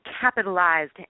capitalized